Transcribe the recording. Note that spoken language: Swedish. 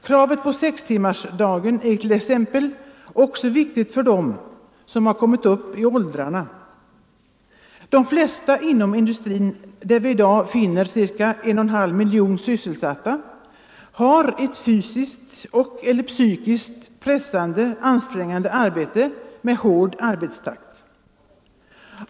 Kravet på sextimmarsdagen är t.ex. också viktigt för dem som har kommit upp i åldrarna. De flesta inom industrin, där vi i dag finner cirka 1,5 miljoner sysselsatta, har ett fysiskt och/eller psykiskt ansträngande arbete med hård arbetstakt.